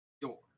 door